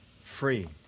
free